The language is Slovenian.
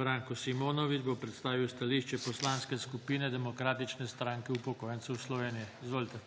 Branko Simonovič bo predstavil stališče Poslanske skupine Demokratične stranke upokojencev Slovenije. Izvolite.